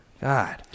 God